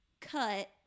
cut